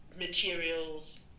materials